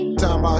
time